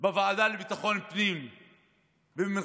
בוועדה לביטחון הפנים וחבר